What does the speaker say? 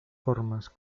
formas